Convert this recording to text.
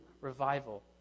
revival